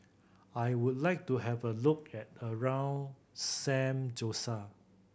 I would like to have a look at around San Jose